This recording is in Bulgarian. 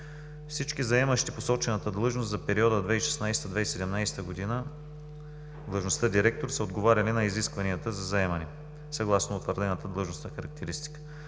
Всички, заемащи посочената длъжност за периода 2016 – 2017 г. длъжността „директор“, са отговаряли на изискванията за заемане съгласно утвърдената длъжностна характеристика.